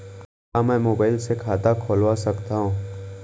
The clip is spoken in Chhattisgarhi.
का मैं मोबाइल से खाता खोलवा सकथव?